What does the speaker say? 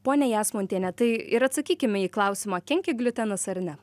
ponia jasmontiene tai ir atsakykim į klausimą kenkia gliutenas ar ne